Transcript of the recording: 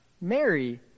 Mary